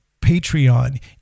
Patreon